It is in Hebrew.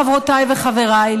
חברותיי וחבריי,